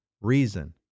reason